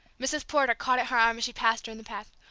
mrs. porter caught at her arm as she passed her in the path.